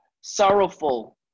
sorrowful